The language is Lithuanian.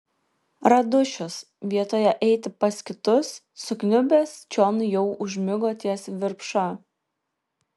radušis vietoje eiti pas kitus sukniubęs čion jau užmigo ties virpša